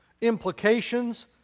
implications